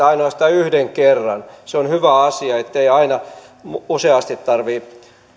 ainoastaan yhden kerran se on hyvä asia ettei useasti tarvitse